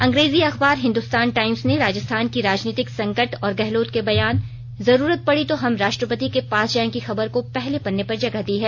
अंग्रेजी अखबार हिन्दुस्तान टाइम्स ने राजस्थान की राजनीतिक संकट और गहलोत के बयान जरूरत पड़ी तो हम राष्ट्रपति के पास जायेंगे की खबर को पहले पन्ने पर जगह दी है